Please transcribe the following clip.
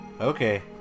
Okay